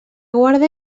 guarda